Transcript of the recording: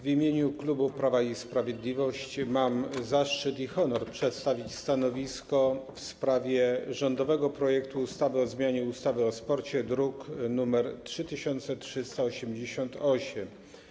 W imieniu klubu Prawo i Sprawiedliwość mam zaszczyt i honor przedstawić stanowisko w sprawie rządowego projektu ustawy o zmianie ustawy o sporcie, druk nr 3388.